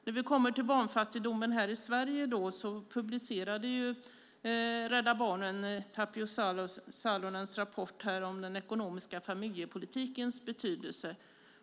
När det gäller barnfattigdomen här i Sverige publicerade Rädda Barnen Tapio Salonens rapport om den ekonomiska familjepolitikens betydelse.